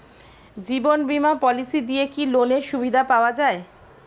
জীবন বীমা পলিসি দিয়ে কি লোনের সুবিধা পাওয়া যায়?